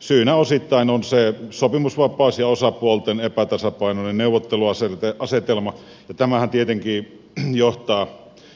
syynä osittain on sopimusvapaus ja osapuolten epätasapainoinen neuvotteluasetelma ja tämähän tietenkin